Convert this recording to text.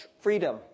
freedom